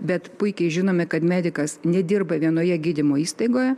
bet puikiai žinome kad medikas nedirba vienoje gydymo įstaigoje